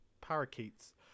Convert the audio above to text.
parakeets